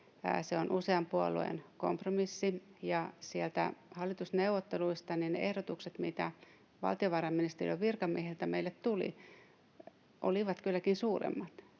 Se on usean puolueen kompromissi, ja siellä hallitusneuvotteluissa ne ehdotukset, mitä valtiovarainministeriön virkamiehiltä meille tulivat, olivat kylläkin suuremmat.